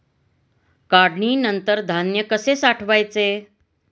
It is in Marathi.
काढणीनंतर धान्य कसे साठवायचे?